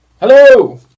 Hello